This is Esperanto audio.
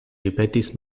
ripetis